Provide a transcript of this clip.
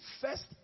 first